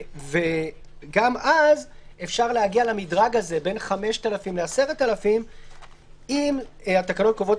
וגם אז אפשר להגיע למדרג בין 5,000 ל-10,000 אם התקנות קובעות